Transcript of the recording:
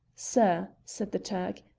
sir, said the turk,